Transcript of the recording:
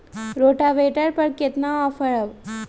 Rotavator पर केतना offer हव?